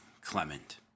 Clement